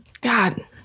God